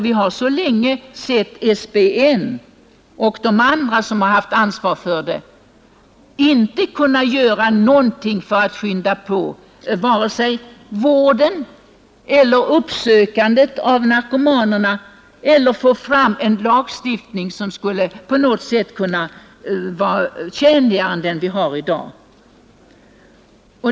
Vi har så länge sett SBN och de andra organ som haft ansvaret inte kunna göra någonting för vården eller uppsökandet av narkomanerna eller för att få fram en lagstiftning som skulle kunna vara tjänligare än den vi har i dag.